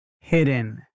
hidden